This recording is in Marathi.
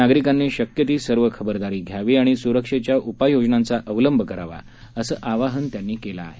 नागरिकांनी शक्य ती सर्व खबरदारी घ्यावी आणि स्रक्षेच्या उपाययोजनांचा अवलंब करावा असे आवाहन त्यांनी केले आहे